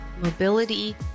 mobility